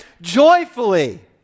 joyfully